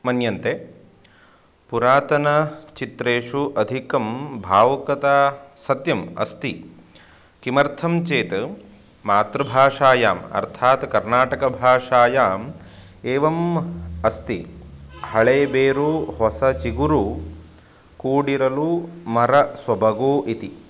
मन्यन्ते पुरातनचित्रेषु अधिकं भावुकता सत्यम् अस्ति किमर्थं चेत् मातृभाषायाम् अर्थात् कर्नाटकभाषायाम् एवम् अस्ति हलेबेरु होसचिगुरु कूडिरलु मर सोबगु इति